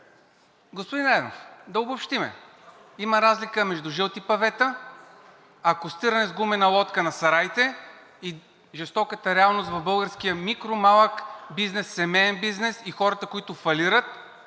Господин Найденов, да обобщим – има разлика между жълти павета, акостиране с гумена лодка на „Сараите“ и жестоката реалност в българския микро-, малък бизнес, семеен бизнес и хората, които фалират,